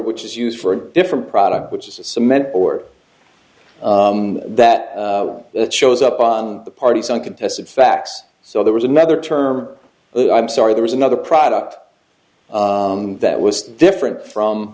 which is used for a different product which is a cement or that it shows up on the parties uncontested facts so there was another term but i'm sorry there was another product that was different from